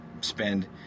spend